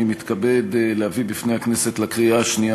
אני מתכבד להביא בפני הכנסת לקריאה השנייה